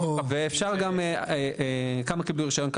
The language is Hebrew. אפשרי גם לדווח כמה קיבלו רישיון,